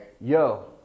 yo